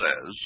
says